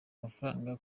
amafaranga